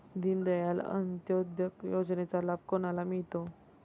दीनदयाल अंत्योदय योजनेचा लाभ कोणाला मिळतो?